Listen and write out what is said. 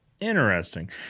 interesting